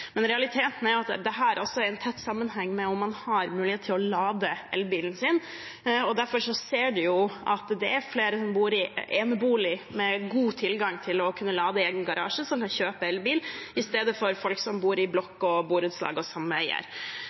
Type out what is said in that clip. Men realiteten er at det også henger tett sammen med om man har mulighet til å lade elbilen sin eller ikke. Derfor ser vi at det er flere som bor i enebolig, med god tilgang til å kunne lade i egen garasje, som kan kjøpe elbil, i stedet for folk som bor i blokk, borettslag og sameier. I Granavolden-plattformen lover regjeringen å innføre en støtteordning for at borettslag og